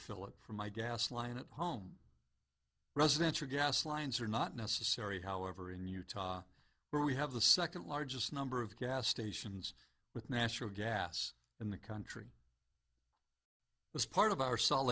fill it for my gas line at home residential gas lines are not necessary however in utah where we have the second largest number of gas stations with natural gas in the country as part of our